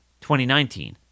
2019